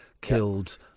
killed